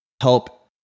help